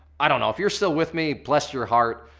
i don't know if you're still with me, bless your heart,